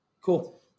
Cool